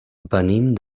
venim